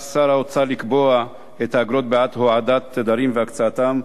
שר האוצר לקבוע את האגרות בעד הועדת תדרים והקצאתם,